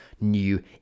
new